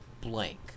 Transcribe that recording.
blank